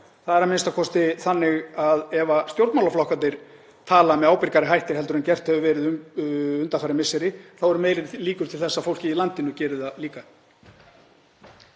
Það er a.m.k. þannig að ef stjórnmálaflokkarnir tala með ábyrgari hætti en gert hefur verið undanfarin misseri þá eru meiri líkur til þess að fólkið í landinu geri það líka.